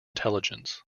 intelligence